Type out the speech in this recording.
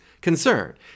concern